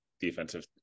defensive